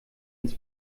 ins